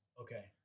Okay